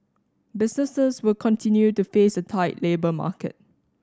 businesses will continue to face a tight labour market